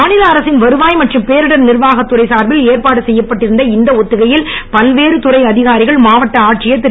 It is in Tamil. மாநில அரசின் வருவாய் மற்றும் பேரிடர் நிர்வாகத்துறை சார்பில் ஏற்பாடு செய்யப்பட்டிருந்த இந்த ஒத்திகையில் பல்வேறு துணை அதிகாரிகள் மாவட்ட ஆட்சியர் திரு